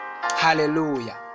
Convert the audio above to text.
hallelujah